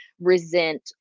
resent